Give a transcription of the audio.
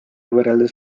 võrreldes